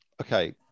Okay